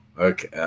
okay